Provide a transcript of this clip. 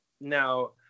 Now